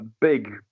big